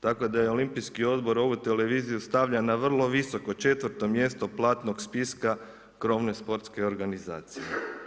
Tako da je Olimpijski odbor, ovu televiziju stavlja na vrlo visoko 4 mjesto, platnog spiska krovne sportske organizacije.